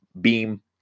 beam